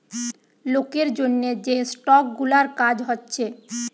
লোকের জন্যে যে স্টক গুলার কাজ হচ্ছে